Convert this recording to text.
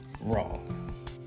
Wrong